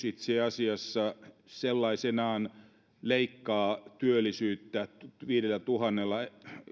itse asiassa sellaisenaan leikkaa työllisyyttä viidellätuhannella